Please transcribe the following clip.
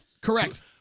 Correct